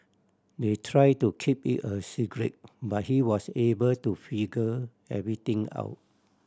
they tried to keep it a secret but he was able to figure everything out